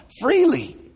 freely